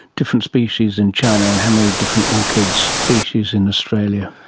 different species in china and how many different orchid species in australia?